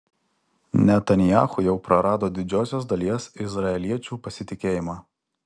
netanyahu jau prarado didžiosios dalies izraeliečių pasitikėjimą